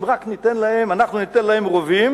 אם רק ניתן להם, אנחנו ניתן להם רובים,